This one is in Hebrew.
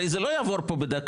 הרי זה לא יעבור פה בדקה.